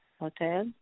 hotel